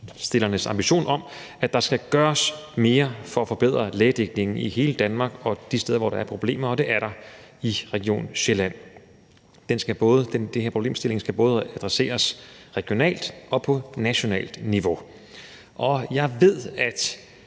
forespørgernes ambition om, at der skal gøres mere for at forbedre lægedækningen i hele Danmark de steder, hvor der er problemer, og det er der i Region Sjælland. Den her problemstilling skal både adresseres regionalt og på nationalt niveau, og jeg ved, at